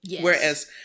Whereas